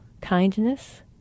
Kindness